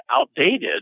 outdated